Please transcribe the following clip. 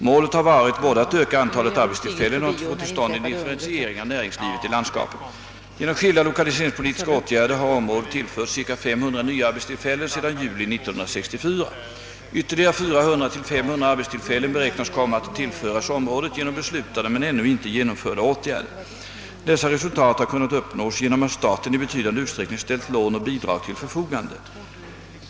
Målet har varit både att öka antalet arbetstillfällen och att få till stånd en differentiering av nä ringslivet i landskapet. Genom skilda lokaliseringspolitiska åtgärder har området tillförts ca 500 nya arbetstillfällen sedan juli 1964. Ytterligare 400—500 arbetstillfällen beräknas komma att tillföras området genom beslutade men ännu inte genomförda åtgärder. Dessa resultat har kunnat uppnås genom att staten i betydande utsträckning ställt lån och bidrag till förfogande.